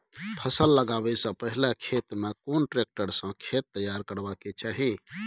फसल लगाबै स पहिले खेत में कोन ट्रैक्टर स खेत तैयार करबा के चाही?